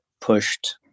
pushed